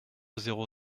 zéro